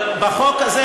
בחוק הזה,